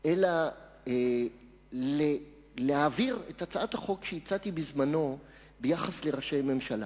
אלא להעביר את הצעת החוק שהצעתי בזמנו ביחס לראשי ממשלה.